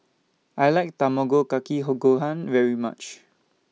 I like Tamago Kake Hall Gohan very much